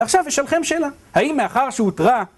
עכשיו יש לכם שאלה, האם מאחר שהותרה,